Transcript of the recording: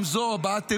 גם זו הבעת אמון.